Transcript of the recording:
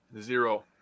Zero